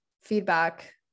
feedback